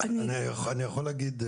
אני יכול להגיד,